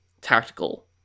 Tactical